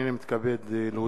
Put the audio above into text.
הנני מתכבד להודיע,